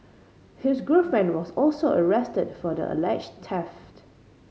his girlfriend was also arrested for the alleged theft